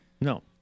No